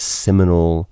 seminal